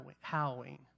howling